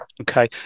Okay